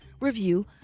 review